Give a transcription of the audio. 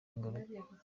ingaruka